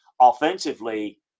offensively